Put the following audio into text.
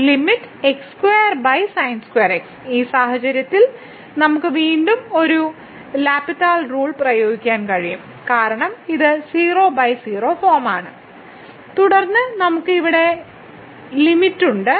limit x2sin2x ഈ സാഹചര്യത്തിൽ നമുക്ക് വീണ്ടും ഒരു എൽ ഹോസ്പിറ്റൽ റൂൾ പ്രയോഗിക്കാൻ കഴിയും കാരണം ഇത് 00 ഫോമാണ് തുടർന്ന് നമ്മൾക്ക് ഇവിടെ ലിമിറ്റ്യുണ്ട്